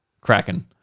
Kraken